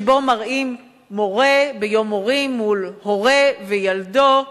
שבה מראים מורה ביום הורים מול הורה וילדו,